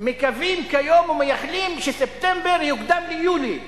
מקווים כיום ומייחלים שספטמבר יוקדם ליולי,